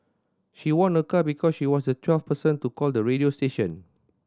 she won a car because she was the twelfth person to call the radio station